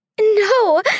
No